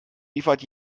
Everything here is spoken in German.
liefert